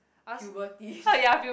puberty